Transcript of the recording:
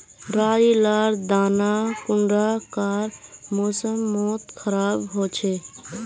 राई लार दाना कुंडा कार मौसम मोत खराब होचए?